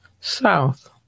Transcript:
South